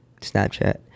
Snapchat